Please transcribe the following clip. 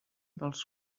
dels